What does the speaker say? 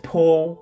Paul